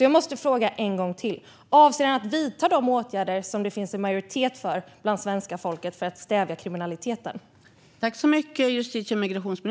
Jag måste därför fråga en gång till: Avser ministern att vidta de åtgärder som det finns en majoritet för bland svenska folket för att stävja kriminaliteten?